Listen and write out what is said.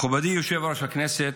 מכובדי יושב-ראש הכנסת,